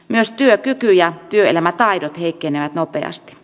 myös työkyky ja työelämätaidot heikkenevät nopeasti